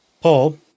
Paul